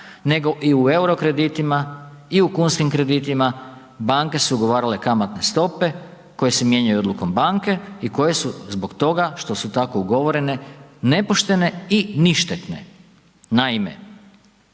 nego i u EURO kreditima i u kunskim kreditima, banke su ugovarale kamatne stope koje se mijenjaju odlukom banke i koje su zbog toga što su tako ugovorene nepoštene i ništetne. Naime,